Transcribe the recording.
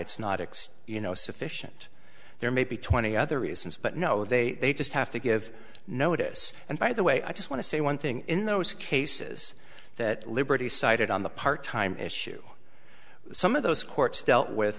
it's not x you know sufficient there may be twenty other reasons but no they just have to give notice and by the way i just want to say one thing in those cases that liberty cited on the part time issue some of those court dealt with